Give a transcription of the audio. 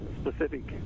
specific